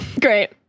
great